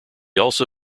also